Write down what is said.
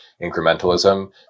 incrementalism